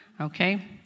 Okay